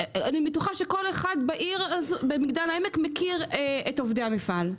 בטוחה שכל אחד במגדל העמק מכיר את עובדי המפעל,